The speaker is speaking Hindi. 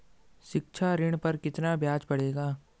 शिक्षा ऋण पर कितना ब्याज पड़ेगा?